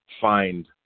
find